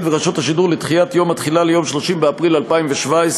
ורשות השידור לדחיית יום התחילה ליום 30 באפריל 2017,